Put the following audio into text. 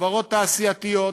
חברת תעשייתיות,